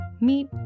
Meet